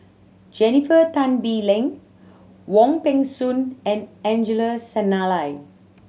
Jennifer Tan Bee Leng Wong Peng Soon and Angelo Sanelli